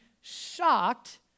shocked